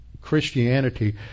Christianity